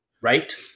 right